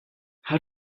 how